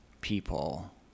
people